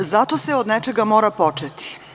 Zato se od nečega mora početi.